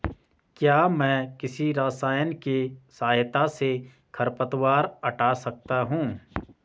क्या मैं किसी रसायन के सहायता से खरपतवार हटा सकता हूँ?